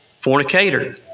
Fornicator